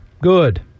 good